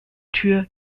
tür